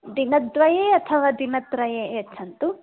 दिनद्वये अथवा दिनत्रये यच्छन्तु